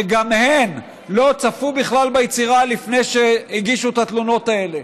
וגם הם לא צפו בכלל ביצירה לפני שהגישו את התלונות האלה.